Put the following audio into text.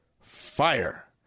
Fire